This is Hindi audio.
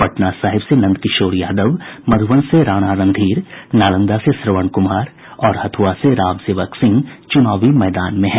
पटना साहिब से नंदकिशोर यादव मध्बन से राणा रणधीर नालंदा से श्रवण कुमार और हथ्आ से राम सेवक सिंह चुनावी मैदान में हैं